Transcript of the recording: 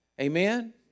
Amen